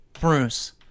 Bruce